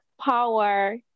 power